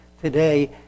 today